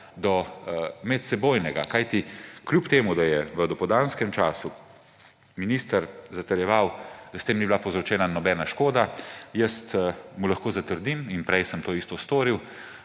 medsebojno. Čeprav je v dopoldanskem času minister zatrjeval, da s tem ni bila povzročena nobena škoda, jaz mu lahko zatrdim in prej sem to isto storil,